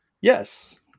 Yes